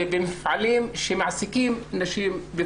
ובפרט במפעלים שמעסיקים נשים.